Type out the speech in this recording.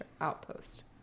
Outpost